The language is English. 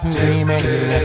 dreaming